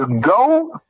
go